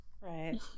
right